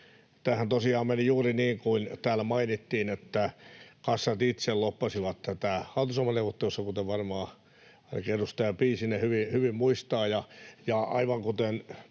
Tämähän tosiaan meni juuri niin kuin täällä mainittiin, että kassat itse lobbasivat tätä hallitusohjelmaneuvotteluissa, kuten varmaan ainakin edustaja Piisinen hyvin muistaa.